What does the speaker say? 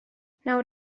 nawr